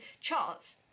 charts